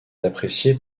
appréciée